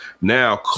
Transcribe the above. Now